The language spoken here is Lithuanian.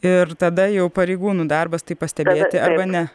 ir tada jau pareigūnų darbas tai pastebėti arba ne